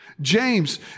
James